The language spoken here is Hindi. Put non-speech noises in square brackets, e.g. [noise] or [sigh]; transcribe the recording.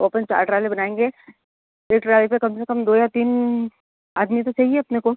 वो अपन चाट वाले बनाएंगे [unintelligible] ट्रोल्ली पर कम से कम दो या तीन आदमी तो चाहिए अपने को